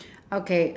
okay